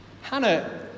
Hannah